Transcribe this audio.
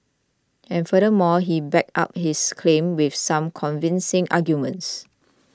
and furthermore he backed up his claim with some convincing arguments